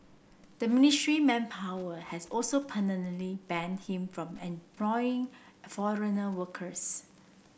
the Ministry Manpower has also permanently banned him from employing foreigner workers